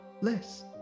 less